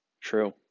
True